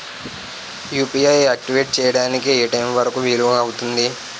UPI activate చెయ్యడానికి ఏ time వరుకు వీలు అవుతుంది?